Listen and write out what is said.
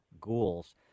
ghouls